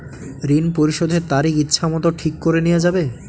ঋণ পরিশোধের তারিখ ইচ্ছামত ঠিক করে নেওয়া যাবে?